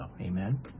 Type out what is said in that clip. Amen